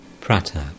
Pratap